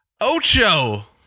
Ocho